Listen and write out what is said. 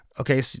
okay